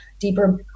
deeper